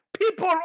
people